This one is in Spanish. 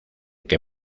que